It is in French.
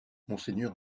monseigneur